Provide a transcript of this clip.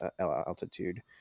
altitude